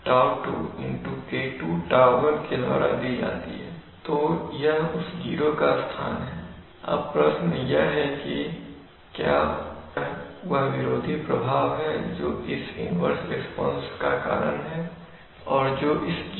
तो यह उस जीरो का स्थान है अब प्रश्न यह है कि क्या यह वह विरोधी प्रभाव है जो इस इन्वर्स रिस्पांस का कारण है और जो इस जीरो का भी कारण है